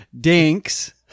Dinks